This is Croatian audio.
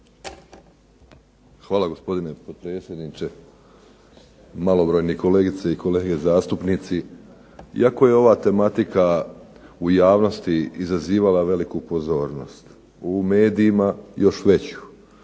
Hvala gospodine potpredsjedniče, malobrojni kolegice i kolege zastupnici. Iako je ova tematika u javnosti izazivala veliku pozornost, u medijima još veću,